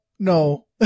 No